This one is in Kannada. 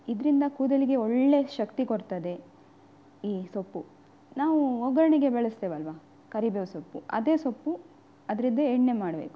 ಇದರಿಂದ ಕೂದಲಿಗೆ ಒಳ್ಳೆ ಶಕ್ತಿ ಕೊಡ್ತದೆ ಈ ಸೊಪ್ಪು ನಾವು ಒಗ್ಗರಣೆಗೆ ಬಳಸ್ತೇವಲ್ವಾ ಕರಿಬೇವು ಸೊಪ್ಪು ಅದೆ ಸೊಪ್ಪು ಅದ್ರದ್ದೆ ಎಣ್ಣೆ ಮಾಡಬೇಕು